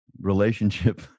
relationship